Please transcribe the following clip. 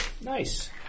Nice